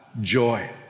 joy